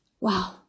Wow